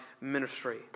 ministry